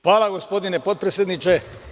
Hvala, gospodine potpredsedniče.